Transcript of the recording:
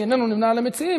שאיננו נמנה על המציעים,